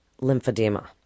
lymphedema